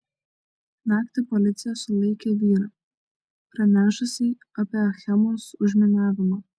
naktį policija sulaikė vyrą pranešusį apie achemos užminavimą